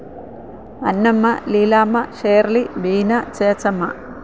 Annamma Leelamma Shirley Beena Chechamma